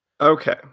Okay